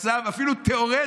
מצב, אפילו תיאורטי,